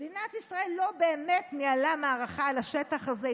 מדינת ישראל לא באמת ניהלה מערכה על השטח הזה,